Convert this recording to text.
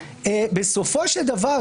בסופו של דבר,